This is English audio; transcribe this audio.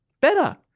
better